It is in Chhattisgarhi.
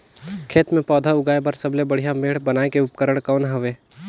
खेत मे पौधा उगाया बर सबले बढ़िया मेड़ बनाय के उपकरण कौन हवे?